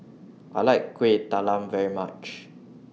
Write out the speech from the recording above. I like Kuih Talam very much